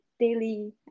daily